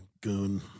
goon